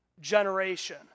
generation